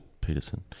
Peterson